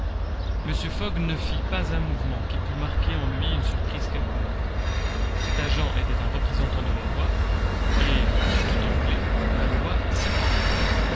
fogg ne fit pas un mouvement qui pût marquer en lui une surprise quelconque cet agent était un représentant de la loi et pour tout anglais la loi est sacrée